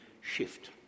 shift